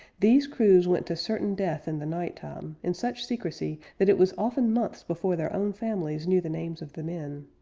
these crews went to certain death in the night time, in such secrecy that it was often months before their own families knew the names of the men.